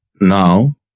now